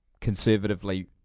conservatively